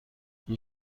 این